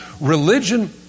religion